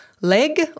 LEG